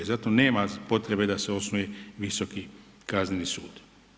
Zato nema potrebe da se osnuje Visoki kazneni sud.